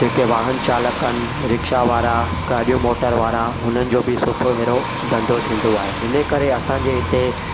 जेके वाहन चालक आहिनि रिक्शा वारा गाॾियूं मोटर वारा हुननि जो बि सुठो अहिड़ो धंधो थींदो आहे हिने करे असांजे हिते